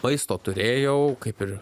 maisto turėjau kaip ir